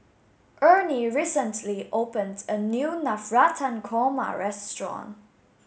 Ernie recently opened a new Navratan Korma restaurant